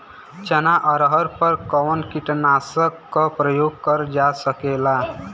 चना अरहर पर कवन कीटनाशक क प्रयोग कर जा सकेला?